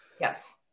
Yes